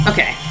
Okay